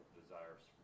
desires